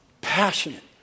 passionate